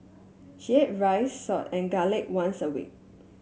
she ate rice salt and garlic once a week